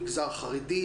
מגזר חרדי,